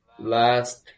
Last